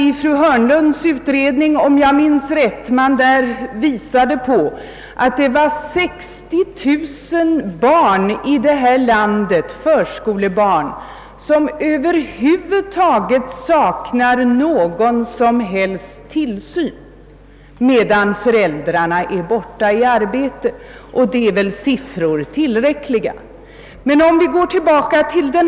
I fru Hörnlunds utredning redovisas, om jag minns rätt, att 60 000 förskolebarn i vårt land saknar all form av tillsyn medan föräldrarna är borta i arbete, vilket torde vara en tillräckligt talande siffra på den skriande bristen.